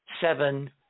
seven